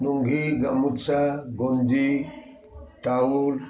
ନୁଙ୍ଗି ଗାମୁଛା ଗଞ୍ଜି ଟାଉଲ୍